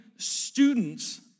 Students